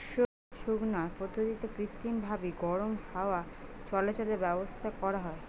শস্য শুকানার পদ্ধতিরে কৃত্রিমভাবি গরম হাওয়া চলাচলের ব্যাবস্থা করা হয়